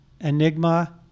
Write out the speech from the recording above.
enigma